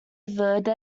verde